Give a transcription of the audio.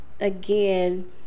again